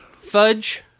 Fudge